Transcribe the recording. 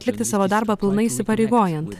atlikti savo darbą pilnai įsipareigojant